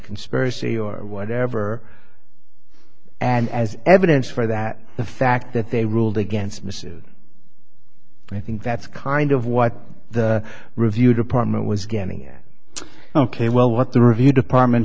conspiracy or whatever and as evidence for that the fact that they ruled against masood i think that's kind of what the review department was getting at ok well what the review department